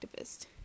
activist